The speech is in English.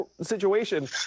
situation